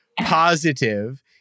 positive